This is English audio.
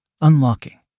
Unlocking